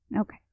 Okay